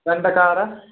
வெண்டக்காய் அரை